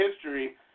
history